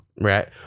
Right